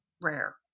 rare